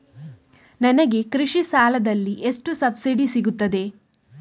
ನನಗೆ ಕೃಷಿ ಸಾಲದಲ್ಲಿ ಎಷ್ಟು ಸಬ್ಸಿಡಿ ಸೀಗುತ್ತದೆ?